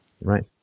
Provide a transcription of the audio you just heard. right